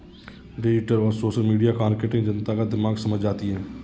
digital और social media marketing जनता का दिमाग समझ जाती है